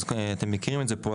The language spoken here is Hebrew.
אתם מכירים את זה פה.